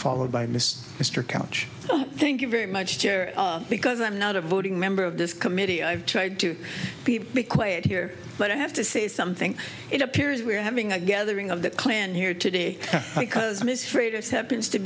followed by mr mr couch thank you very much because i'm not a voting member of this committee i've tried to be required here but i have to say something it appears we're having a gathering of the clan here today because ms freighters happens to